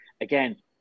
again